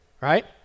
right